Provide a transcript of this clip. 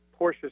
Porsche